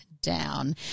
down